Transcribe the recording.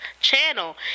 channel